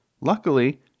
Luckily